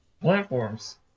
platforms